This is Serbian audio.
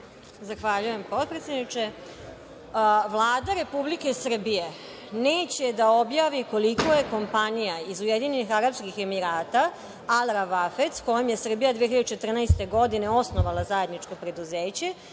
Zahvaljujem potpredsedniče. Vlada Republike Srbije neće da objavi koliko je kompanija iz UAE „Al ravafed“, sa kojim je Srbija 2014. godine osnovala zajedničko preduzeće,